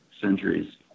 centuries